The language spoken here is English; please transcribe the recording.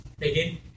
Again